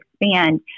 expand